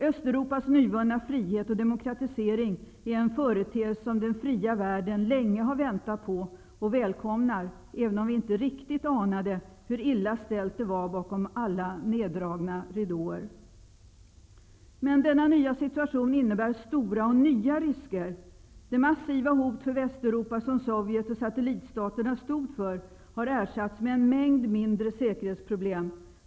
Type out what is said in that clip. Östeuropas nyvunna frihet och demokratisering är en företeelse som den fria världen länge har väntat på och nu välkomnar, även om vi inte riktigt anade hur illa ställt det var bakom alla neddragna ridåer. Men denna nya situation innebär stora och nya risker. Det massiva hot för Västeuropa som Sovjet och satellitstaterna stod för har ersatts av en mängd mindre säkerhetsproblem.